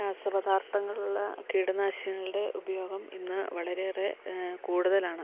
രാസ പദാർത്ഥങ്ങൾ ഉള്ള കീടനാശിനികളുടെ ഉപയോഗം ഇന്ന് വളരെയേറെ കൂടുതലാണ്